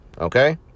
okay